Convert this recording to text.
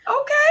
Okay